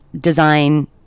design